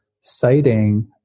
citing